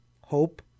hope